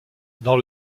dans